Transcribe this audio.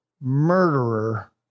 murderer